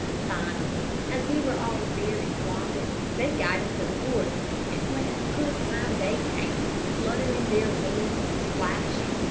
finally, as we were all very quiet, they got into the water and what a good time they had, fluttering their wings and splashing,